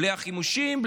בלי החימושים,